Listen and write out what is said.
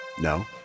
No